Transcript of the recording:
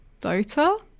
Dota